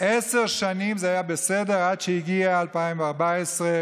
עשר שנים זה היה בסדר, עד שהגיעה 2014,